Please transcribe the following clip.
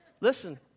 listen